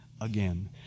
again